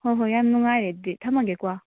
ꯍꯣꯏ ꯍꯣꯏ ꯌꯥꯝ ꯅꯨꯡꯉꯥꯏꯔꯦ ꯑꯗꯨꯗꯤ ꯊꯝꯃꯒꯦꯀꯣ